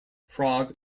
frog